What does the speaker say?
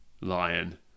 lion